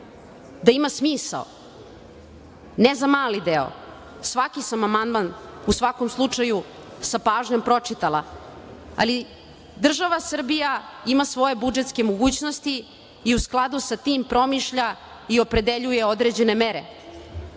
da ima smisao, ne za mali deo, svaki sam amandman u svakom slučaju sa pažnjom pročitala, ali država Srbija ima svoje budžetske mogućnosti i u skladu sa tim promišlja i opredeljuje određene mere,